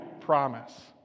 promise